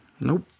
Nope